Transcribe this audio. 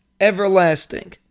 everlasting